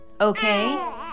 Okay